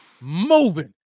moving